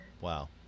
wow